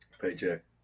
paycheck